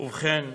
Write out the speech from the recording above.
ובכן,